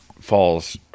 falls